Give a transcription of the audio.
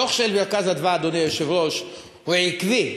הדוח של "מרכז אדוה", אדוני היושב-ראש, הוא עקיב.